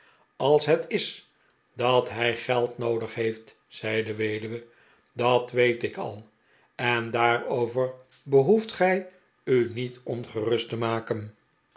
als het is dat hij geld noodig heeft zei de weduwe dat weet ik al en daarover behoeft gij u niet ongerust te maken